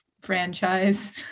franchise